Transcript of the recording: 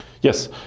Yes